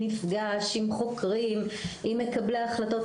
למפגשים עם חוקרים ועם מקבלי החלטות.